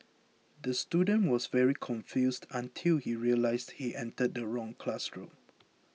the student was very confused until he realised he entered the wrong classroom